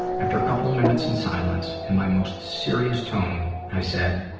after couple minutes in silence, in my most serious tone, i said,